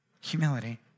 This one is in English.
Humility